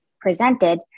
presented